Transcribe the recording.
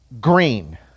green